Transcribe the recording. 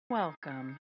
Welcome